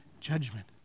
judgment